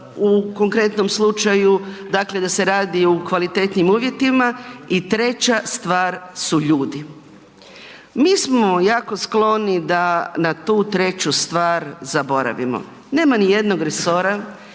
u konkretnom slučaju dakle da se radi u kvalitetnim uvjetima. I treća stvar su ljudi. Mi smo jako skloni da na tu treću stvar zaboravimo. Nema ni jednog resora